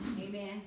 Amen